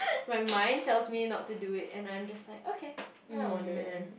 my mind tells me not to do it and I'm just like okay then I won't do it then